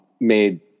made